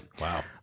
wow